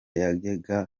yavugaga